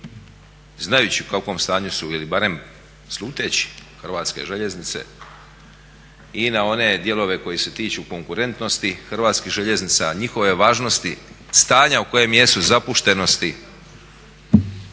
znajući u kakvom stanju su ili barem sluteći hrvatske željeznice i na one koji se tiču konkurentnosti hrvatskih željeznica, o njihovoj važnosti, stanja u kojem jesu zapuštenosti.